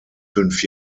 fünf